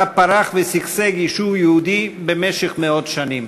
בה פרח ושגשג יישוב יהודי במשך מאות שנים.